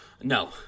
No